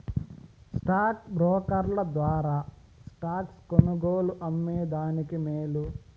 stock బ్రోకర్ల ద్వారా stocks కొనుగోలు, అమ్మే దానికి మేలు